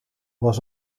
was